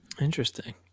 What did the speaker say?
Interesting